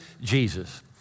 Jesus